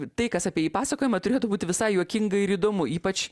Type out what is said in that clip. tai kas apie jį pasakojama turėtų būti visai juokinga ir įdomu ypač